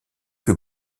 que